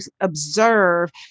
observe